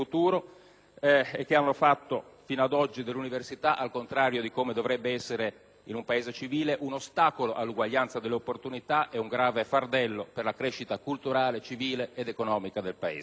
e facendo fino ad oggi dell'università, al contrario di quanto dovrebbe essere in un Paese civile, un ostacolo all'uguaglianza delle opportunità e una grave fardello per la crescita culturale, civile ed economica del Paese.